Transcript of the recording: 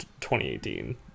2018